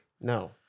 No